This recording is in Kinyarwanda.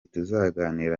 tuzagirana